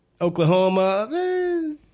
Oklahoma